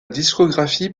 discographie